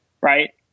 right